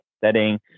setting